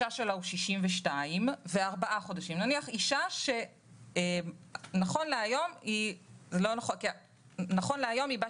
שיש אישה שנכון להיום היא בת